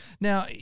Now